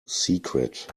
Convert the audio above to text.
secret